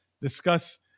discuss